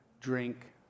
drink